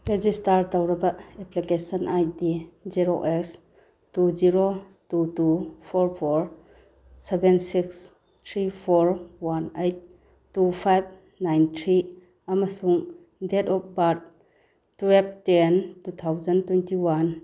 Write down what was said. register ꯇꯧꯔꯕ application I D zero S two zero two two four four seven six three four one eight two five nine three ꯑꯃꯁꯨꯡ date of birth twelve ten two thousand twenty one